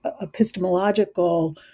epistemological